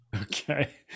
Okay